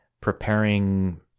preparing